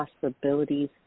possibilities